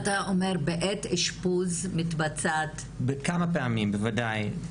אומר בעת אשפוז מתבצעת --- בכמה פעמים, בוודאי.